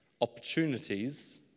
opportunities